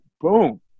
boom